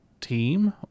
team